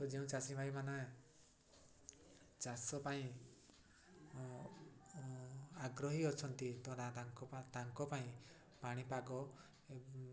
ତ ଯେଉଁ ଚାଷୀ ଭାଇମାନେ ଚାଷ ପାଇଁ ଆଗ୍ରହୀ ଅଛନ୍ତି ତାଙ୍କ ତାଙ୍କ ପାଇଁ ପାଣିପାଗ ଏବଂ